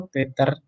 Twitter